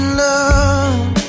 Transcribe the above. love